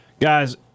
Guys